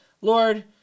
Lord